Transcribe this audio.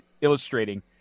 illustrating